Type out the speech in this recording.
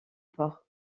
port